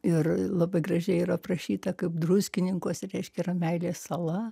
ir labai gražiai yra aprašyta kaip druskininkuose reiškia yra meilės sala